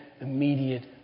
immediate